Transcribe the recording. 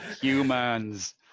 humans